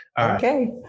Okay